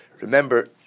Remember